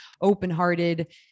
open-hearted